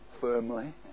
firmly